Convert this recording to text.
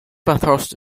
bathurst